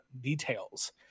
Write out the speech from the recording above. details